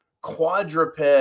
quadruped